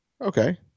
okay